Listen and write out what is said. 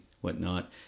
whatnot